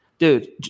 Dude